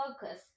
focus